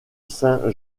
saint